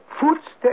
footsteps